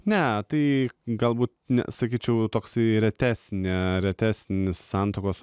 metai galbūt nesakyčiau toks ir retesni retesni santuokos